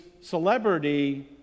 celebrity